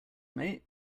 mate